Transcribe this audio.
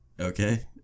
Okay